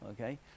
okay